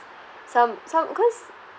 some some workers